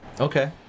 Okay